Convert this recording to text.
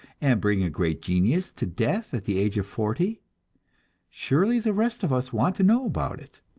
and bring a great genius to death at the age of forty surely the rest of us want to know about it,